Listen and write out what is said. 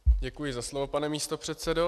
Děkuji za slovo, pane místopředsedo.